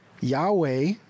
Yahweh